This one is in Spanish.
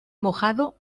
mojado